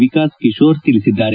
ವಿಕಾಸ ಕಿಶೋರ್ ತಿಳಿಸಿದ್ದಾರೆ